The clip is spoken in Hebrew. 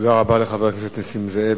תודה רבה לחבר הכנסת נסים זאב.